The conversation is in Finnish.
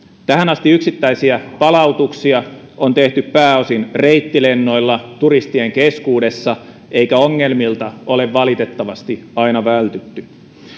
tähän asti yksittäisiä palautuksia on tehty pääosin reittilennoilla turistien keskuudessa eikä ongelmilta ole valitettavasti aina vältytty